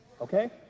Okay